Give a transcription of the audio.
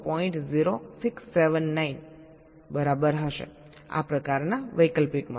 0679 બરાબર હશેઆ પ્રકારના વૈકલ્પિક માટે